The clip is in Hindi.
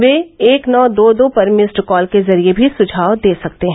वे एक नौ दो दो पर मिस्ड कॉल के जरिए भी सुझाव दे सकते हैं